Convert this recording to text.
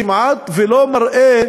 כמעט לא מראה